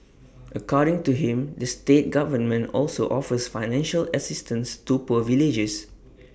according to him the state government also offers financial assistance to poor villagers